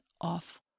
off